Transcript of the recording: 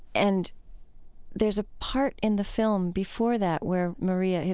and there's a part in the film before that where maria,